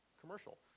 commercial